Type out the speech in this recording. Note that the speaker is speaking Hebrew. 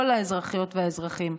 כל האזרחיות והאזרחים,